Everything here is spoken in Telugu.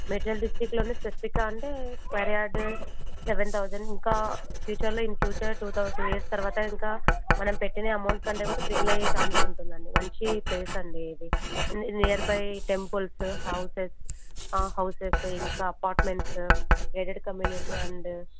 మేడ్చల్ డిస్ట్రిక్ట్లోనే స్పెసిఫిక్గా అంటే స్క్వేర్ యార్డ్ సెవెన్ థౌసండ్ ఇంకా ఫ్యూచర్లో in future two two years తర్వాత ఇంకా మనం పెట్టిన అమౌంట్ కంటే కూడా త్రిబుల్ అయ్యే ఛాన్స్ ఉంటుదండి మంచి ప్లేస్ అండి ఇది near by temples houses farm houses ఇంకా అపార్ట్మెంట్స్ గేటెడ్ కమ్యూనిటీ అండ్